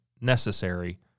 necessary